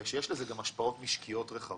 אלא על זה שיש לזה השפעות משקיות רחבות.